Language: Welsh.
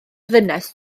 ddynes